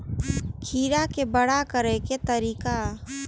खीरा के बड़ा करे के तरीका?